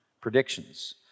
predictions